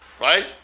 right